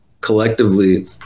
collectively